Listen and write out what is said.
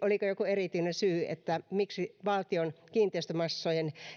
oliko joku erityinen syy miksi valtion kiinteistömassojen